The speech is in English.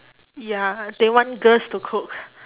ya they want girls to cook